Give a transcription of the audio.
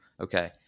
okay